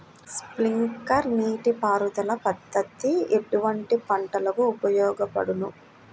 Sprinkler నీటిపారుదల పద్దతి ఎటువంటి పంటలకు ఉపయోగపడును?